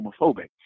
homophobic